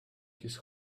his